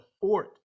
fort